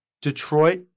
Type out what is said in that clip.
Detroit